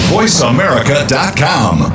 VoiceAmerica.com